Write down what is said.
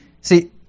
See